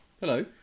Hello